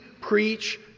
preach